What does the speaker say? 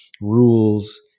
rules